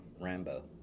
Rambo